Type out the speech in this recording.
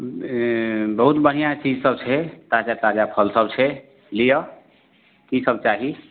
बहुत बढ़िआँ चीज सब छै ताजा ताजा फल सब छै लिअ की सब चाही